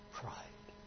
pride